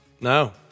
No